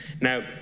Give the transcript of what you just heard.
now